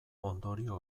ondorio